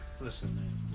listen